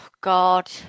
god